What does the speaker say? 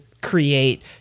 create